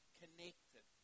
connected